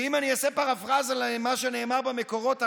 ואם אני אעשה פרפראזה למה שנאמר במקורות,